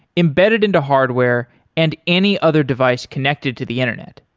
embedded into hardware and any other device connected to the internet.